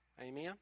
Amen